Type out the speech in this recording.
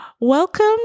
welcome